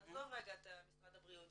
עזוב רגע את משרד הבריאות,